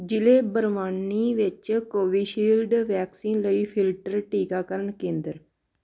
ਜ਼ਿਲ੍ਹੇ ਬਰਵਾਨੀ ਵਿੱਚ Covishield vaccine ਲਈ ਫਿਲਟਰ ਟੀਕਾਕਰਨ ਕੇਂਦਰ